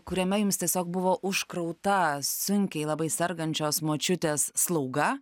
kuriame jums tiesiog buvo užkrauta sunkiai labai sergančios močiutės slauga